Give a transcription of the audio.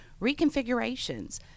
reconfigurations